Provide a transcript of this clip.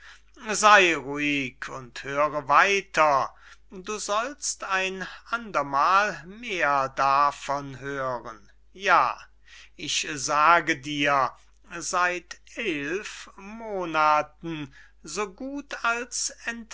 sey ruhig und höre weiter du sollst ein andermal mehr davon hören ja ich sage dir seit eilf monathen so gut als